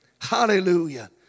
Hallelujah